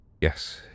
Yes